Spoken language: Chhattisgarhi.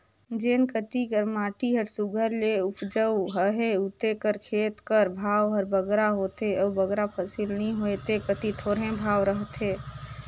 जेन कती कर माटी हर सुग्घर ले उपजउ अहे उते कर खेत कर भाव हर बगरा होथे अउ बगरा फसिल नी होए ते कती थोरहें भाव रहथे